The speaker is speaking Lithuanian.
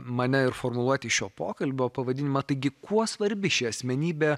mane ir formuluoti šio pokalbio pavadinimą taigi kuo svarbi ši asmenybė